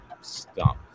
stop